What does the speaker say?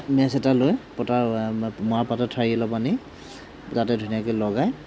match এটা লৈ পতা মৰাপাটৰ ঠাৰি অলপ আনি তাতে ধুনীয়াকৈ লগাই